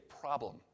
problem